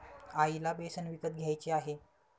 आईला बेसन विकत घ्यायचे आहे